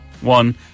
one